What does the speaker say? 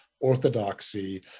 Orthodoxy